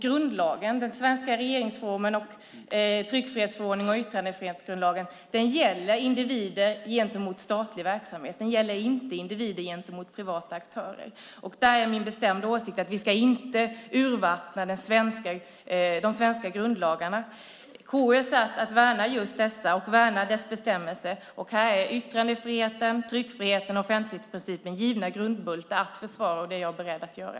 Grundlagen - den svenska regeringsformen, tryckfrihetsförordningen och yttrandefrihetsgrundlagen - gäller individer gentemot statlig verksamhet. Den gäller inte individer gentemot privata aktörer. Där är min bestämda åsikt att vi inte ska urvattna de svenska grundlagarna. KU är satt att värna just dessa och värna deras bestämmelser, och här är yttrandefriheten, tryckfriheten och offentlighetsprincipen givna grundbultar att försvara. Det är jag beredd att göra.